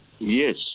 Yes